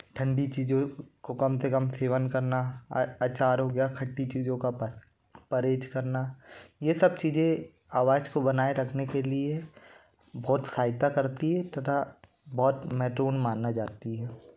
ठंडी चीज़ों का कम से कम सेवन करना अचार हो गया खट्टी चीज़ों का परहेज़ करना ये सब चीज़ें आवाज़ को बनाए रखने के लिए बहुत सहायता करती है तथा बहुत महत्वपूर्ण मानी जाती है